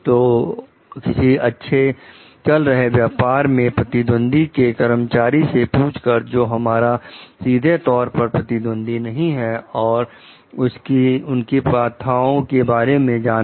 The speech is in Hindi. तो किसी अच्छे चल रहे व्यापार मैं प्रतिद्वंदी के कर्मचारी से पूछ कर जो हमारा सीधे तौर पर प्रतिद्वंदी नहीं है और उनकी प्रथाओं के बारे में जानना